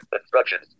Instructions